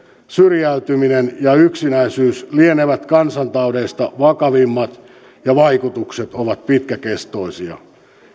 syrjäytyminen ja yksinäisyys lienevät kansantaudeista vakavimmat ja vaikutukset ovat pitkäkestoisia